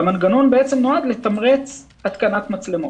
והוא בעצם נועד לתמרץ התקנת מצלמות.